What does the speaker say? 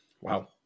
Wow